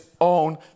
own